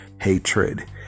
hatred